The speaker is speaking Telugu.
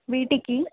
వీటికి